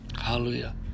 hallelujah